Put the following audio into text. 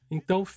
Então